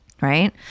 right